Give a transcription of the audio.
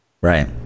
right